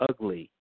ugly